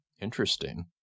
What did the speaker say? Interesting